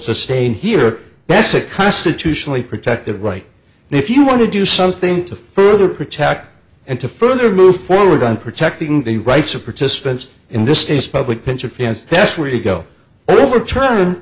sustain here that's a constitutionally protected right and if you want to do something to further protect and to further move forward on protecting the rights of participants in this state's public pension plans that's where you go overturn